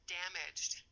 damaged